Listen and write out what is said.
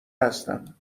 هستم